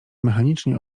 mechanicznie